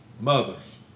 Mothers